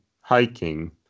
hiking